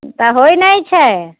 तऽ होइत नहि छै